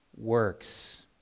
works